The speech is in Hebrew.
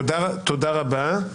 תודה רבה.